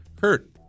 Kurt